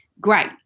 great